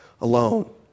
alone